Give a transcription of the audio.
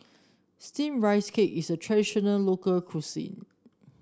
steamed Rice Cake is a traditional local cuisine